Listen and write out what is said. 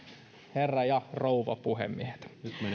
herra ja rouva puhemiehet